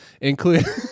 Including